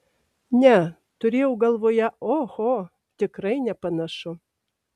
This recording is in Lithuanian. ne turėjau galvoje oho tikrai nepanašu